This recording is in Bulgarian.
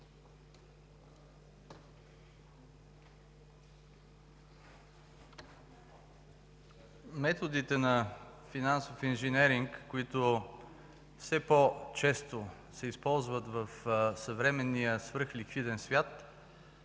Методите на финансов инженеринг, които все по-често се използват в съвременния свръхликвиден свят